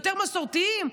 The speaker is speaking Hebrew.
יותר מסורתיים,